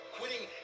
Quitting